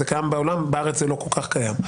זה קיים בעולם ובארץ זה לא כל כך קיים.